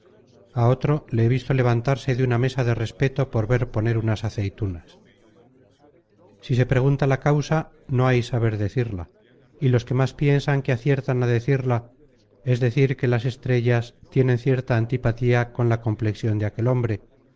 á otro le he visto levantarse de una mesa de respeto por ver poner unas aceitunas si se pregunta la causa no hay saber decirla y los que más piensan que aciertan á decirla es decir que las estrellas tienen cierta antipatía con la complexion de aquel hombre